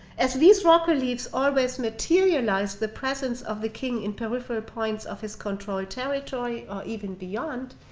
as these rock reliefs always materialized the presence of the king in peripheral points of his controlled territory or even beyond,